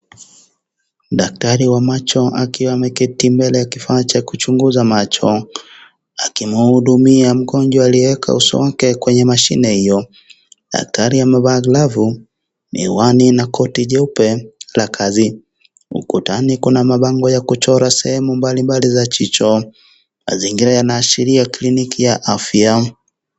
Daktari wa macho akiwa ameketi mbele ya kifaa cha kuchunguza macho, akimhudumia mgonjwa aliyeweka uso wake kwenye mashine hiyo. Daktari amevaa glavu, miwani na koti jeupe la kazi. Ukutani kuna mabango ya kuchora sehemu mbalimbali za jicho. Mazingira yanaashiria kliniki ya afya.